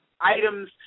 items